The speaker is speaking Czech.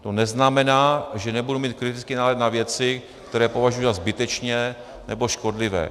Ale to neznamená, že nebudu mít kritický názor na věci, které považuji za zbytečné nebo škodlivé.